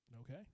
Okay